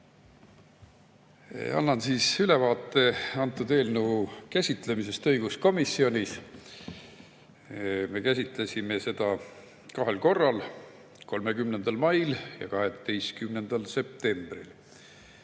Annan ülevaate antud eelnõu käsitlemisest õiguskomisjonis. Me käsitlesime seda kahel korral: 30. mail ja 12. septembril.